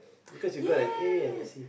yes